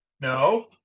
No